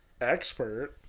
expert